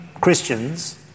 Christians